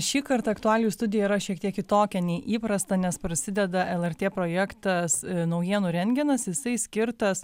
šįkart aktualijų studija yra šiek tiek kitokia nei įprasta nes prasideda lrt projektas naujienų rentgenas jisai skirtas